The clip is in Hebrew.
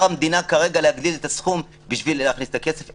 המדינה כרגע להגדיל את הסכום בשביל להכניס את הכסף,